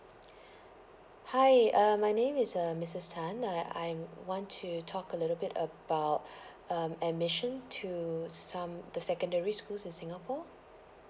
hi uh my name is uh missus tan I I'm want to talk a little bit about um admission to some the secondary schools in singapore